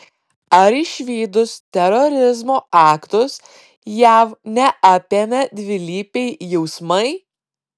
ar išvydus terorizmo aktus jav neapėmė dvilypiai jausmai